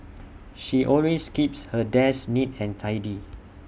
she always keeps her desk neat and tidy